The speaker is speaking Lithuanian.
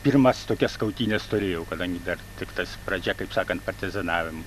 pirmas tokias kautynes turėjau kadangi dar tiktais pradžia kaip sakant partizanavim